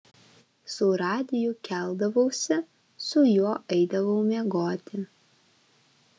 su radiju keldavausi su juo eidavau miegoti